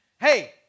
hey